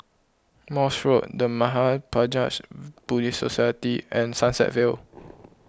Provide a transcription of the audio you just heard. Morse Road the Mahaprajna Buddhist Society and Sunset Vale